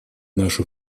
нашу